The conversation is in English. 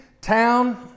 town